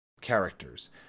characters